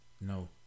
No